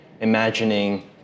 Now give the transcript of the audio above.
imagining